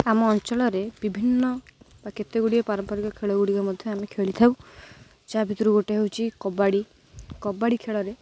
ଆମ ଅଞ୍ଚଳରେ ବିଭିନ୍ନ ବା କେତେ ଗୁଡ଼ିଏ ପାରମ୍ପରିକ ଖେଳଗୁଡ଼ିକ ମଧ୍ୟ ଆମେ ଖେଳିଥାଉ ଯାହା ଭିତରୁ ଗୋଟେ ହେଉଛି କବାଡ଼ି କବାଡ଼ି ଖେଳରେ